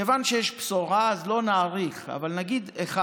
כיוון שיש בשורה, אז לא נאריך, אבל נגיד: א.